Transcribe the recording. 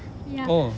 ya